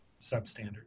substandard